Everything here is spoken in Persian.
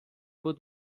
بود